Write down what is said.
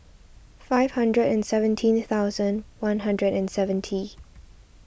five hundred and seventeen thousand one hundred and seventy